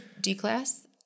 D-Class